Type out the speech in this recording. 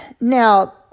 Now